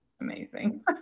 amazing